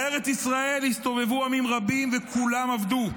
בארץ ישראל הסתובבו עמים רבים וכולם אבדו.